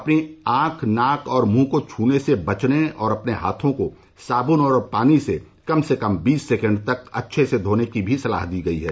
अपनी आंख नाक और मुंह को छूने से बचने और अपने हाथों को साबन और पानी से कम से कम बीस सेकेण्ड तक अच्छे से धोने की भी सलाह दी गई है